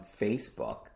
Facebook